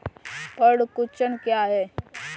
पर्ण कुंचन क्या है?